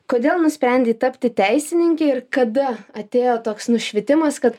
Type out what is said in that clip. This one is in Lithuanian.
kodėl nusprendei tapti teisininke ir kada atėjo toks nušvitimas kad